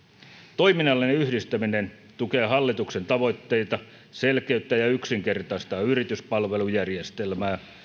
toiminnallinen yhdistäminen tukee hallituksen tavoitteita selkeyttää ja yksinkertaistaa yrityspalvelujärjestelmää